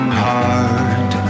heart